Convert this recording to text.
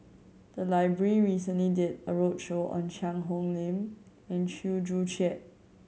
the library recently did a roadshow on Cheang Hong Lim and Chew Joo Chiat